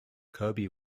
kirby